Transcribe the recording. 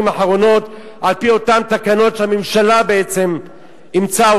האחרונות על-פי אותן תקנות שהממשלה בעצם אימצה,